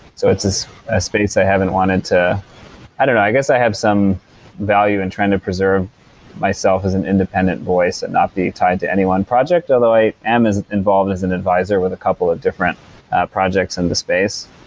so it's it's a space i hadn't wanted to i don't know, i guess i have some value in trying to preserve myself as an independent voice and not be tied to any one project. although i am involved as an adviser with a couple of different projects in the space,